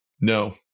No